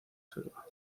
selva